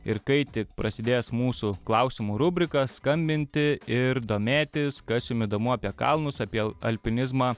ir kai tik prasidės mūsų klausimų rubrika skambinti ir domėtis kas jums įdomu apie kalnus apie alpinizmą